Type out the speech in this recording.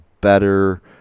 better